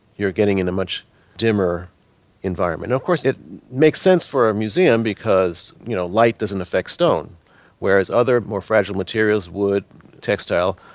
you're getting in a much dimmer environment of course it makes sense for a museum because you know light doesn't affect stone whereas other more fragile materials would textile.